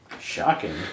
Shocking